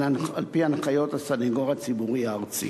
על-פי הנחיות הסניגוריה הציבורית הארצית.